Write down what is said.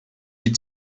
die